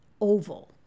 oval